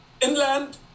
inland